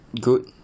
good